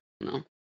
No